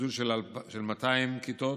גידול של 200 כיתות,